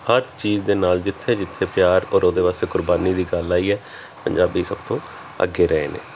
ਹਰ ਚੀਜ਼ ਦੇ ਨਾਲ ਜਿੱਥੇ ਜਿੱਥੇ ਪਿਆਰ ਔਰ ਉਹਦੇ ਵਾਸਤੇ ਕੁਰਬਾਨੀ ਦੀ ਗੱਲ ਆਈ ਹੈ ਪੰਜਾਬੀ ਸਭ ਤੋਂ ਅੱਗੇ ਰਹੇ ਨੇ